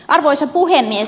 arvoisa puhemies